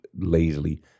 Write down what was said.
lazily